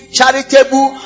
charitable